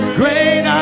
great